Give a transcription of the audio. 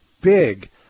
big